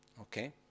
Okay